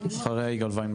בבקשה.